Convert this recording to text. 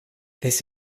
this